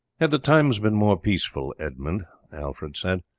had the times been more peaceful, edmund, alfred said,